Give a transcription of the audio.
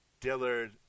Dillard